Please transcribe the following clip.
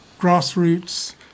grassroots